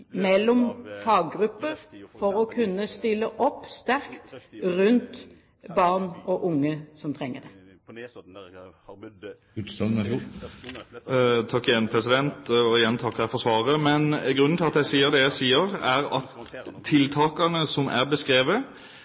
mellom faggrupper, for å kunne stille sterkt opp rundt barn og unge som trenger det. Takk igjen for svaret. Men grunnen til at jeg sier det jeg sier, er at tiltakene som er beskrevet,